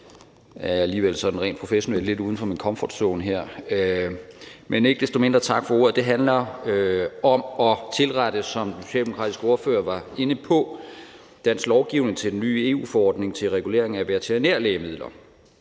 er jeg alligevel sådan rent professionelt lidt uden for min komfortzone her, men ikke desto mindre tak for ordet. Det handler om at tilrette, som den socialdemokratiske ordfører var inde på, dansk lovgivning til den nye EU-forordning til regulering af veterinærlægemidler.